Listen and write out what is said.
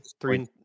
three